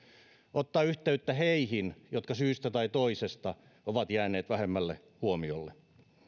ottaa yhteyttä heihin jotka syystä tai toisesta ovat jääneet vähemmälle huomiolle